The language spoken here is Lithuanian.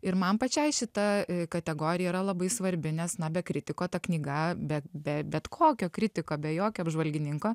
ir man pačiai šita kategorija yra labai svarbi nes na be kritiko ta knyga bet be bet kokio kritiko be jokio apžvalgininko